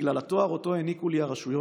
בגלל התואר שהעניקו לי הרשויות: